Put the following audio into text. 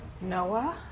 Noah